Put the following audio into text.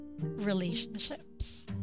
Relationships